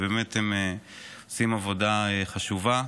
ובאמת הם עושים עבודה חשובה.